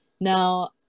now